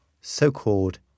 so-called